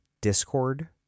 Discord